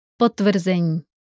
potvrzení